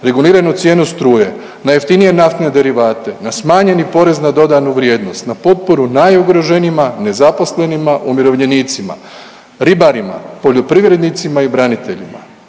reguliranu cijenu struje, na jeftinije naftne derivate, na smanjeni porez na dodanu vrijednost, na potporu najugroženijima, nezaposlenima, umirovljenicima, ribarima, poljoprivrednicima i braniteljima